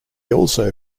also